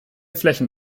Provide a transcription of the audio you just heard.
flächen